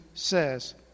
says